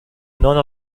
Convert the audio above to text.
none